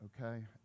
okay